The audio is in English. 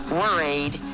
worried